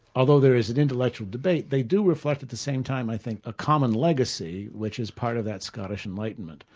although there is an intellectual debate, they do reflect at the same time i think a common legacy which is part of that scottish enlightenment,